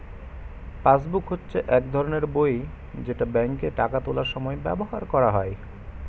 passbook হচ্ছে এক ধরনের বই যেটা ব্যাংকে টাকা তোলার সময় ব্যবহার করা হয়